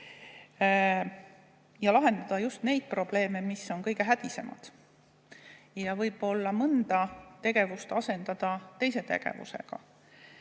ja lahendada just neid probleeme, mis on kõige hädalisemad, ja võib-olla mõnda tegevust asendada teise tegevusega.